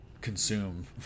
consume